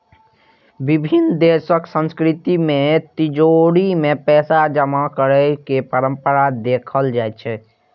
विभिन्न देशक संस्कृति मे तिजौरी मे पैसा जमा करै के परंपरा देखल जाइ छै